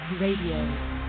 Radio